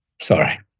Sorry